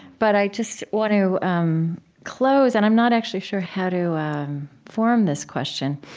but i just want to um close, and i'm not actually sure how to form this question.